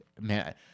man